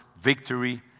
victory